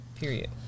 period